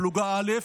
פלוגה א',